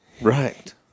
Right